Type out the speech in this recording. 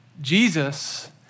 Jesus